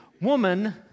woman